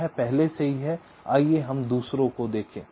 यह पहले से ही है आइए हम दूसरों को देखें